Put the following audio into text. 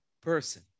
person